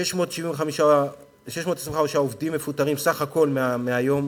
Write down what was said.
625 עובדים מפוטרים בסך הכול, מהיום,